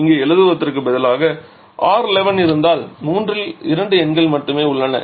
இங்கே எழுதுவதற்கு பதிலாக R11 இருந்தால் 3 இல் 2 எண்கள் மட்டுமே உள்ளன